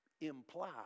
imply